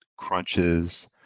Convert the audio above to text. Crunches